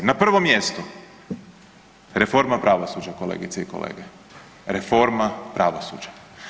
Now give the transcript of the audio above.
Na prvom mjestu reforma pravosuđa kolegice i kolege, reforma pravosuđa.